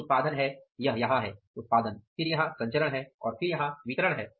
एक उत्पादन है यह यहाँ है उत्पादन फिर यहाँ संचरण है और फिर यहाँ यह वितरण है